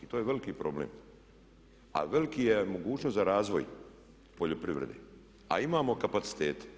I to je veliki problem, a velika je mogućnost za razvoj poljoprivrede a imamo kapacitete.